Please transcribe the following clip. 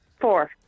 Four